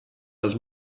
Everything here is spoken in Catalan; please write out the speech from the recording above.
els